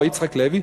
או יצחק לוי,